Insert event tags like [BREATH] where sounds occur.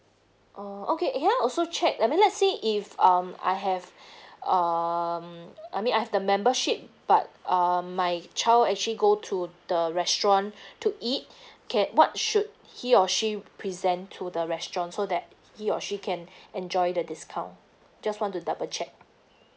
orh okay can I also check I mean let's say if um I have [BREATH] um I mean I've the membership but err my child actually go to the restaurant [BREATH] to eat can what should he or she present to the restaurant so that he or she can [BREATH] enjoy the discount just want to double check